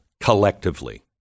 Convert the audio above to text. collectively